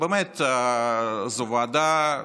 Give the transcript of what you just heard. ובאמת זו ועדה,